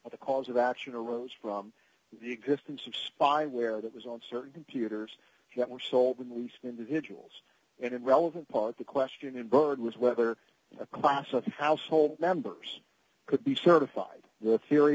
what the cause of action arose from the existence of spyware that was on certain computers that were sold in these individuals and in relevant part the question in bird was whether a class of household members could be certified the theory